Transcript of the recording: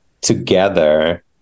together